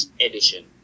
edition